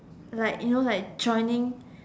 like you know like joining